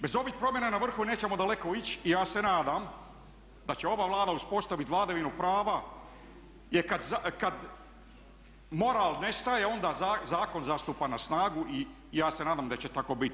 Bez ovih promjena na vrhu nećemo daleko ići i ja se nadam da će ova Vlada uspostaviti vladavinu prava jer kada moral nestaje onda zakon nastupa na snagu i ja se nadam da će tako biti.